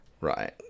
right